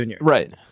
Right